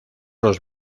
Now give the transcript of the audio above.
los